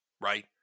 right